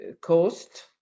cost